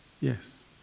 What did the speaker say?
Yes